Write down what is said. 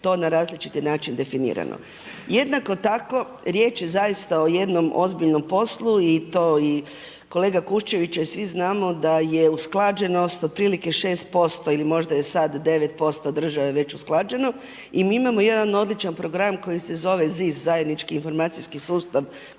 to na različiti način definirano. Jednako tako riječ je zaista o jednom ozbiljno poslu i to kolega Kuščević, svi znamo da je usklađenost otprilike 6% ili možda je sada 9% države već usklađeno i mi imamo jedan odličan program koji se zove ZIS Zajednički informacijski sustav